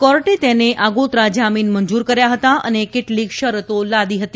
કોર્ટે તેને આગોતરા જામીન મંજૂર કર્યા હતા અને કેટલીક શરતો લાદી હતી